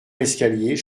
l’escalier